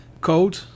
Code